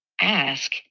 ask